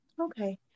Okay